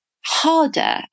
harder